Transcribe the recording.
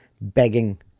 begging